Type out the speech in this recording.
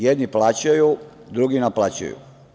Jedni plaćaju, drugi naplaćuju.